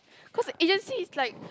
cause agency is like